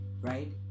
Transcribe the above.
right